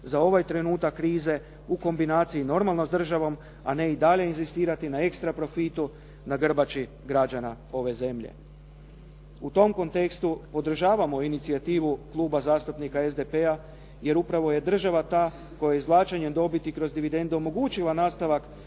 za ovaj trenutak krize u kombinaciji normalno s državom, a ne i dalje inzistirati na ekstra profitu na grbači građana ove zemlje. U tom kontekstu, podržavamo inicijativu Kluba zastupnika SDP-a jer upravo je država ta koja je izvlačenjem dobiti kroz dividendu omogućila nastavak